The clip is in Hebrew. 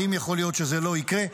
האם יכול להיות שזה לא יקרה?